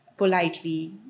politely